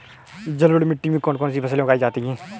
जलोढ़ मिट्टी में कौन कौन सी फसलें उगाई जाती हैं?